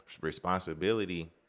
responsibility